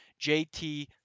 JT